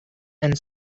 and